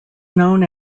known